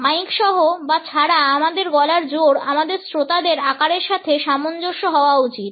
mic সহ বা ছাড়া আমাদের গলার জোর আমাদের শ্রোতাদের আকারের সাথে সামঞ্জস্য হওয়া উচিত